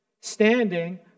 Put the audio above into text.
Standing